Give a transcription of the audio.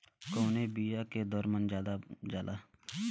कवने बिया के दर मन ज्यादा जाला?